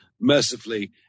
Mercifully